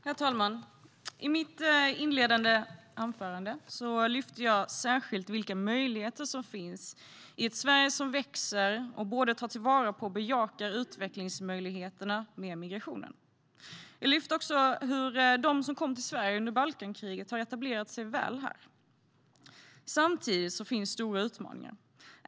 Herr talman! I mitt inledande anförande lyfte jag särskilt fram vilka möjligheter som finns i ett Sverige som växer och både tar till vara och bejakar utvecklingsmöjligheterna med migrationen. Jag lyfte också fram hur de som kom till Sverige under Balkankriget har etablerat sig väl här. Samtidigt finns stora utmaningar.